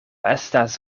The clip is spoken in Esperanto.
estas